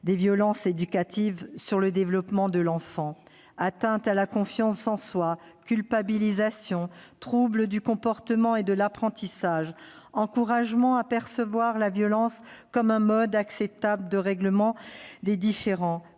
des violences éducatives sur le développement de l'enfant : atteinte à la confiance en soi, culpabilisation, troubles du comportement et de l'apprentissage, encouragement à percevoir la violence comme un mode acceptable de règlement des différends,